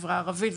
בערבים,